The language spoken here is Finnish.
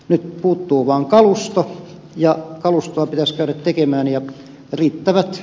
nyt puuttuu vain kalusto ja kalustoa pitäisi käydä tekemään ja riittävät